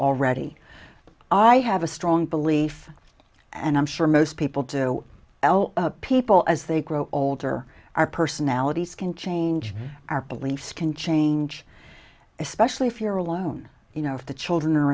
already i have a strong belief and i'm sure most people do l people as they grow older our personalities can change our beliefs can change especially if you're alone you know if the children